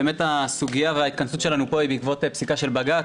באמת הסוגיה וההתכנסות שלנו פה היא בעקבות פסיקה של בג"ץ,